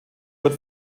wird